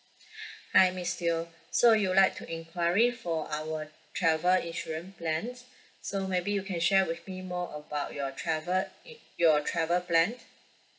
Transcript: hi miss teoh so you'll like to enquiry for our travel insurance plans so maybe you can share with me more about your travel in~ your travel plan